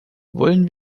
wollen